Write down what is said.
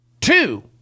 two